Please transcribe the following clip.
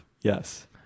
Yes